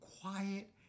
quiet